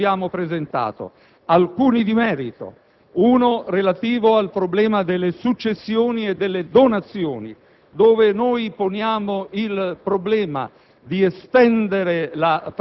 del giorno che abbiamo presentato, alcuni di merito: uno relativo al problema delle successioni e delle donazioni, dove poniamo il problema